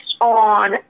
on